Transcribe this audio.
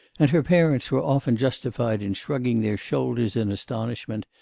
and her parents were often justified in shrugging their shoulders in astonishment,